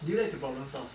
do you like to problem solve